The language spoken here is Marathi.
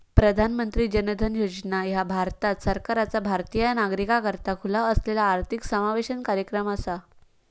प्रधानमंत्री जन धन योजना ह्या भारत सरकारचा भारतीय नागरिकाकरता खुला असलेला आर्थिक समावेशन कार्यक्रम असा